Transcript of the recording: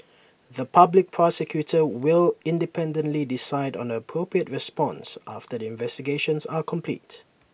the Public Prosecutor will independently decide on the appropriate response after the investigations are complete